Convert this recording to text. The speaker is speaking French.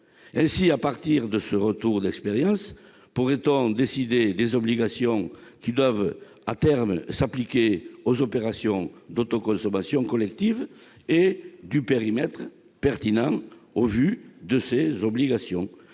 fiable, à partir duquel nous pourrions décider des obligations qui doivent, à terme, s'appliquer aux opérations d'autoconsommation collectives et du périmètre pertinent au vu de ces obligations.